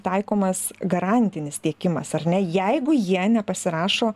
taikomas garantinis tiekimas ar ne jeigu jie nepasirašo